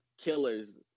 killers